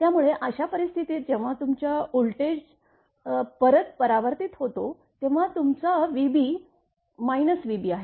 त्यामुळे अशा परिस्थितीत जेव्हा तुमचा व्होल्टेज परत परावर्तित होतो तेव्हा तुमचा vb vbआहे